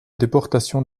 déportation